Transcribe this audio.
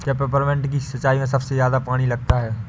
क्या पेपरमिंट की सिंचाई में सबसे ज्यादा पानी लगता है?